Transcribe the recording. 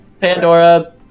Pandora